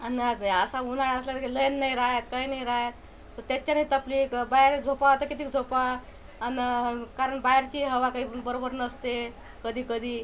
आणि हे असा उन्हाळा असला म्हणजे लाइन नाही राय काही नाही राय तर त्याच्यानीच आपली बाहेर झोपा तर कितीक झोपा आणि कारण बाहेरची हवा काही बरोबर नसते कधी कधी